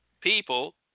people